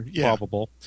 probable